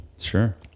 Sure